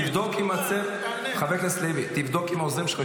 תבדוק עם העוזרים שלך,